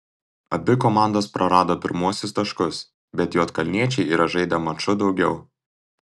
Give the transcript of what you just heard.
abi komandos prarado pirmuosius taškus bet juodkalniečiai yra žaidę maču daugiau